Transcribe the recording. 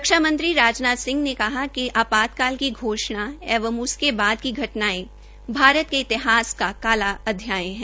रक्षा मंत्री राजनाथ सिंह ने कहा कि आपातकाल की घोषणा एवं उसके बाद की घटनायें भारत के इतिहास का काला अध्याय है